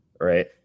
Right